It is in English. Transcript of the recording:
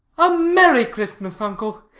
a merry christmas, uncle!